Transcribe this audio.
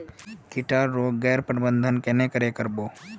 किट आर रोग गैर प्रबंधन कन्हे करे कर बो?